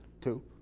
two